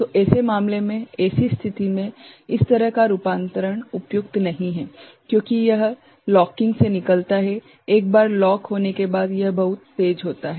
तो ऐसे मामले में ऐसी स्थिति में इस तरह का रूपांतरण उपयुक्त नहीं है क्योंकि यह लॉकिंग से निकलता है एक बार लॉक होने के बाद यह बहुत तेज होता है